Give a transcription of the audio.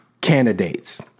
candidates